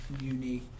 unique